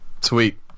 Sweet